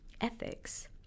ethics